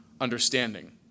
understanding